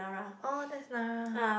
oh that's Nara